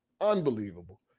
Unbelievable